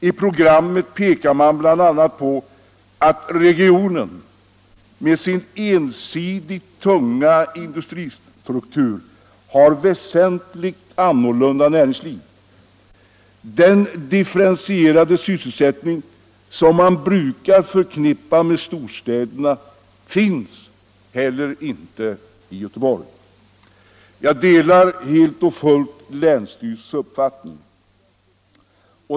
I programmet pekar man bl.a. på att regionen, med sin ensidigt tunga industristruktur, har väsentligt annorlunda näringsliv. Den differentierade sysselsättning som man brukar förknippa med storstäderna finns heller inte i Göteborg. Jag delar helt och fullt länsstyrelsens uppfattning.